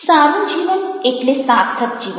સારું જીવન એટલે સાર્થક જીવન